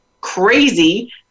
crazy